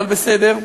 אבל בסדר.